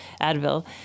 Advil